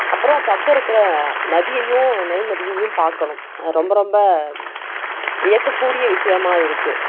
அப்புறம் பக்கம் இருக்கிற நதியையும் நைல் நதியையும் பார்க்கணும் ரொம்ப ரொம்ப வியக்கக்கூடிய விஷயமாக இருக்குது